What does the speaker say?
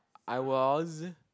I was